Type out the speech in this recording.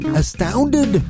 astounded